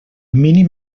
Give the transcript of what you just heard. mínim